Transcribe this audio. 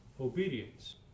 obedience